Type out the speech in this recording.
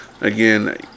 again